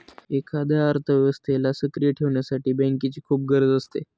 एखाद्या अर्थव्यवस्थेला सक्रिय ठेवण्यासाठी बँकेची खूप गरज असते